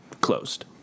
closed